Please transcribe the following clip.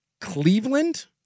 Cleveland